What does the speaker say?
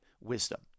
wisdom